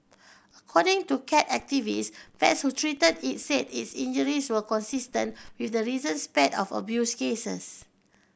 according to cat activists vets who treated it said its injuries were consistent with the recent spate of abuse cases